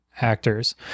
actors